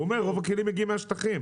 הוא אומר שרוב הכלים מגיעים מהשטחים.